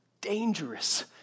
dangerous